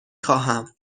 خواهم